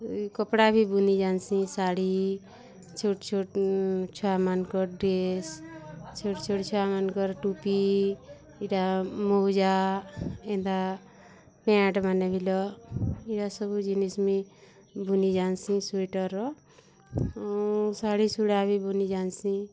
କପଡ଼ା ବି ବୁନି ଜାନିସିଁ ଶାଢ଼ୀ ଛୋଟ୍ ଛୋଟ୍ ଛୁଆମାନଙ୍କର୍ ଡ଼୍ରେସ୍ ଛୋଟ୍ ଛୋଟ୍ ଛୁଆମାନଙ୍କରଟୁ ପିସ୍ ଏଇଟା ମଉଜା ଏନ୍ତା ପ୍ୟାଣ୍ଟମାନେ ବିଲ ଏଇଟା ସବୁଜିନିଷ୍ ମୁଇଁ ବୁନି ଜାନିଛି ସୁଇଟର୍ର ଶାଢ଼ୀଶୁଢ଼ା ବୁନି ଜାନିସିଁ